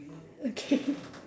okay